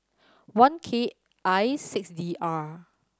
one K I six D R